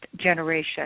generation